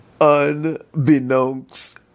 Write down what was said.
unbeknownst